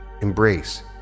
embrace